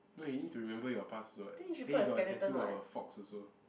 no you need to remember your past also what then he got a tattoo of a fox also